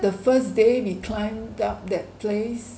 the first day we climbed up that place